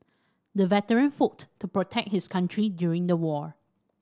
the veteran fought to protect his country during the war